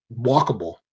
walkable